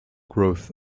growth